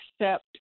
accept